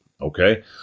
Okay